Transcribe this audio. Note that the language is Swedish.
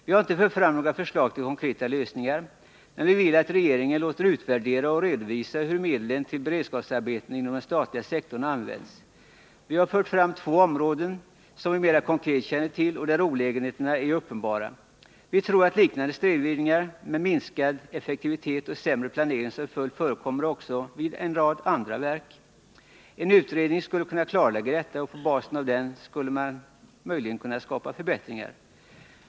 Vi har inte fört fram några förslag till konkreta lösningar, men vi vill att regeringen låter utvärdera och redovisa hur medlen till beredskapsarbeten inom den statliga sektorn används. Vi har fört fram två områden som vi mer konkret känner till och där olägenheterna är uppenbara. Vi tror att liknande snedvridningar med minskad effektivitet och sämre planering som följd förekommer också vid en rad andra verk. En utredning skulle kunna klarlägga detta, och på basen av den skulle man möjligen kunna göra förbättringar.